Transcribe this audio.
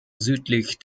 südlich